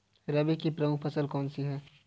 रबी की प्रमुख फसल कौन सी है?